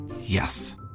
Yes